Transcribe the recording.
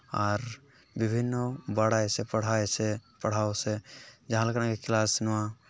ᱟᱨ ᱵᱤᱵᱷᱤᱱᱱᱚ ᱵᱟᱲᱟᱭ ᱥᱮ ᱯᱟᱲᱦᱟᱭ ᱥᱮ ᱯᱟᱲᱦᱟᱣ ᱥᱮ ᱡᱟᱦᱟᱸᱞᱮᱠᱟᱱᱟᱜ ᱜᱮ ᱠᱞᱟᱥ ᱱᱚᱣᱟ